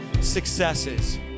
successes